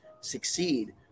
succeed